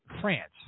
france